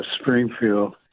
Springfield